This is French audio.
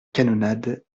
canonnade